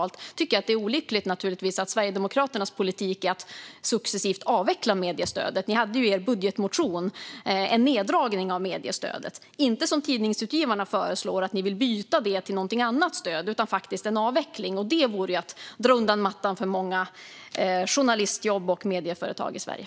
Sedan tycker jag naturligtvis att det är olyckligt att Sverigedemokraternas politik är att successivt avveckla mediestödet. Ni hade ju i er budgetmotion en neddragning av mediestödet. Ni vill inte, som Tidningsutgivarna föreslår, byta mediestödet till något annat stöd, utan ni vill faktiskt ha en avveckling. Det vore ju att dra undan mattan för många journalistjobb och medieföretag i Sverige.